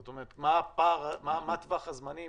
זאת אומרת, מה טווח הזמנים